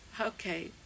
Okay